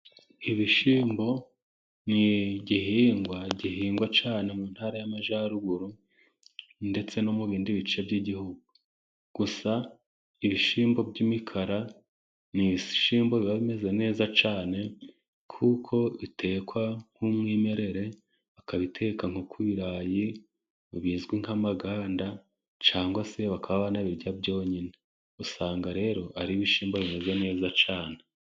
Ibishyimbo ni igihingwa gihingwa cyane mu ntara y'amajyaruguru ndetse no mu bindi bice by'igihugu, gusa ibishyimbo by'imikara ni ibishyimbo biba bimeze neza cyane kuko bitekwa nk'umwimerere ukabiteka nko ku birayi bizwi nk'amaganda cyangwa se bakaba banabirya byonyine, usanga rero ari ibishyimbo bimeze neza cane.